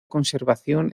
conservación